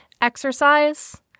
exercise